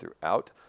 throughout